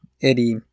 Eddie